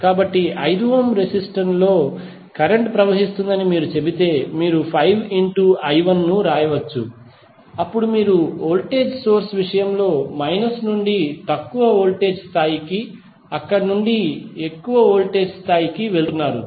కాబట్టి 5 ఓం లలో కరెంట్ ప్రవహిస్తుందని మీరు చెబితే మీరు 5I1 ను వ్రాయవచ్చు అప్పుడు మీరు వోల్టేజ్ సోర్స్ విషయంలో మైనస్ నుండి తక్కువ వోల్టేజ్ స్థాయికి అక్కడ నుండి ఎగువ వోల్టేజ్ స్థాయికి వెళుతున్నారు